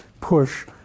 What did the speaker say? push